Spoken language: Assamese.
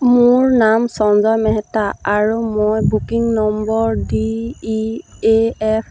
মোৰ নাম সঞ্জয় মেহতা আৰু মই booking number D E A F